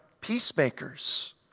peacemakers